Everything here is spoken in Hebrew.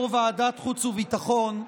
יו"ר ועדת החוץ והביטחון,